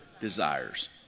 desires